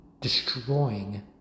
destroying